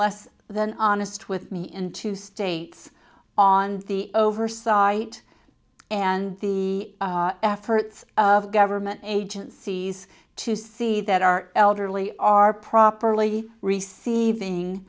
less than honest with me in two states on the oversight and the efforts of government agencies to see that our elderly are properly receiving